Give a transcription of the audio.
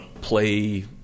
play